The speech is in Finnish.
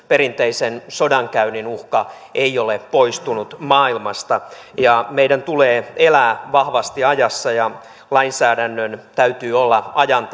perinteisen sodankäynnin uhka ei ole poistunut maailmasta meidän tulee elää vahvasti ajassa ja lainsäädännön täytyy olla ajan